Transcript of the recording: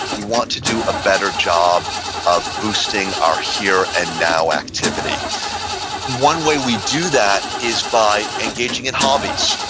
we want to do a better job of boosting our here and now activity one way we do that is by engaging in hobbies.